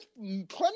plenty